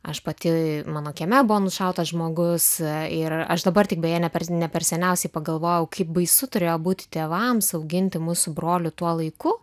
aš pati mano kieme buvo nušautas žmogus ir aš dabar tik beje ne per ne per seniausiai pagalvojau kaip baisu turėjo būti tėvams auginti mus su broliu tuo laiku